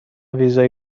ویزای